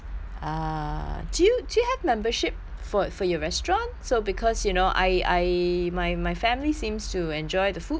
do you do you have membership for for your restaurant so because you know I I my my family seems to enjoy the food from your restaurant so maybe